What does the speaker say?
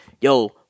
yo